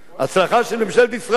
הצלחה של ממשלת ישראל,